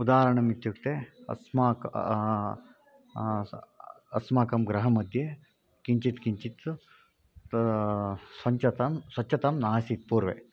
उदाहरणम् इत्युक्ते अस्माकम् अस्माकं गृहमध्ये किञ्चित् किञ्चित् स्वच्छता स्वच्छतां नासीत् पूर्वे